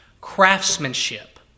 craftsmanship